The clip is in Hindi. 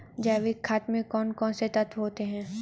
जैविक खाद में कौन कौन से तत्व होते हैं?